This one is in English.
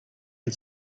had